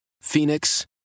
Phoenix